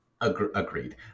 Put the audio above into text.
Agreed